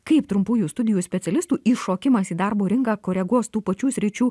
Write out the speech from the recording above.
kaip trumpųjų studijų specialistų įšokimas į darbo rinką koreguos tų pačių sričių